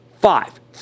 Five